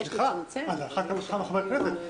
על אחת כמה וכמה חברי כנסת.